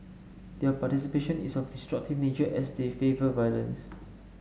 their participation is of destructive nature as they favour violence